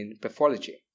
pathology